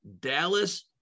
Dallas